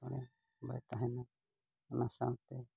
ᱮᱴᱠᱮᱴᱚᱬᱮ ᱵᱟᱭ ᱛᱟᱦᱮᱱᱟ ᱚᱱᱟ ᱥᱟᱶᱛᱮ